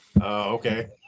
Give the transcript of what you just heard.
okay